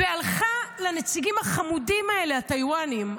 והלכה לנציגים החמודים האלה, הטייוואנים,